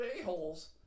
a-holes